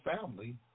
family